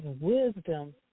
wisdom